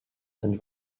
and